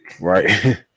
Right